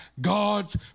God's